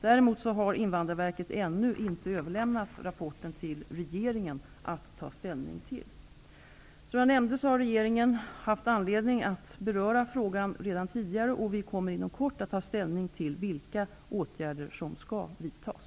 Däremot har Invandrarverket ännu inte överlämnat rapporten till regeringen att ta ställning till. Som jag nämnde har regeringen haft anledning att beröra frågan redan tidigare, och vi kommer inom kort att ta ställning till vilka åtgärder som skall vidtas.